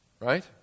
Right